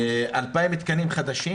2,000 תקנים חדשים.